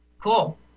Cool